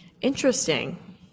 Interesting